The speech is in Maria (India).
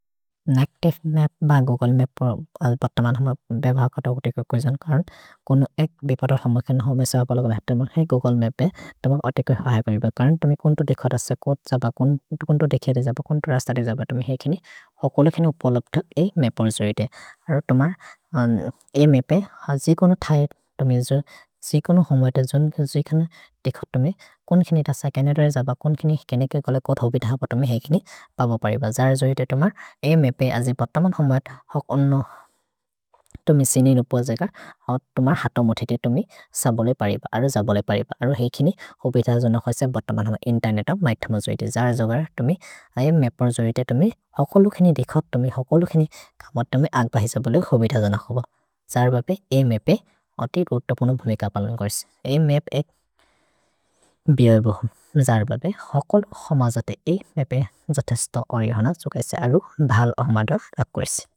नक्तिफ् मप् ब Google map अल्पत्तमन् हुम बेभौ कत ओतेको कुजन् करुन् कुनु एक् बिपतोर् हुम केन हुमे सहकलग भेह्तमोन् हेइ गूग्ले मप् ए तुम्ह ओतेको अय परिब करुन् तुम्हि कुन्तु देख तस कोत् जब कुन्तु देखे दे जब, कुन्तु रस्त दे जब तुम्हि हेकिनि होकोले किनि उपलब्ध हेइ मप् अर् जोइते अर् तुम्ह ए मप् ए जि कुन थै तुम्हि जो जि कुन हुम एत जोन् जि कुन देख तुम्हि कुन् किनि तस केने दोरे जब कुन् किनि केने के गोले कोत् होबि धब तुम्हि हेकिनि बबो परिब जर् जोइते तुम्ह ए मप् ए अजि बत्तमन् हुम हकोनो तुम्हि सिनिरुपो जेक तुम्ह हतो मोथे ते तुम्हि सबोले परिब अरो जबोले परिब अरो हेकिनि होबि धब जोन होइसे बत्तमन् हुम इन्तेर्नेत् उप् मैथम जोइते जर् जो गर तुम्हि अय मप् अर् जोइते तुम्हि हकोलु किनि देख तुम्हि हकोलु किनि कमत् तुम्हि अग् बहिसो बोले होबि धब जोन होबो जर् बपे ए मप् ए अति उर्त पुनो भुमिक अपलन् गोर्सि, ए मप् ए बिये बो जर् बपे हकोलु हुम ज ते ए मप् ए ज तेस्तो होइ होन सो गैसे अरो धल् अहुमदोर् अग् गोर्सि।